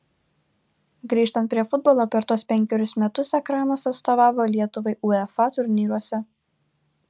grįžtant prie futbolo per tuos penkerius metus ekranas atstovavo lietuvai uefa turnyruose